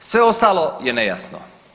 Sve ostalo je nejasno.